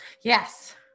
Yes